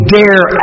dare